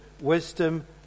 wisdom